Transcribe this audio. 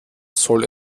soll